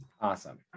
Awesome